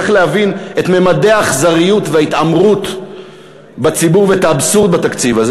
צריך להבין את ממדי האכזריות וההתעמרות בציבור ואת האבסורד בתקציב הזה.